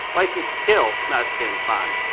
license to kill nah, that's james bond.